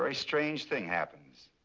ah strange thing happens.